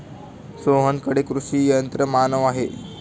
सोहनकडे कृषी यंत्रमानव आहे